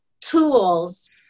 tools